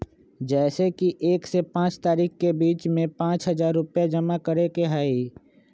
जैसे कि एक से पाँच तारीक के बीज में पाँच हजार रुपया जमा करेके ही हैई?